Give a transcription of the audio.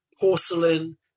porcelain